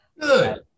Good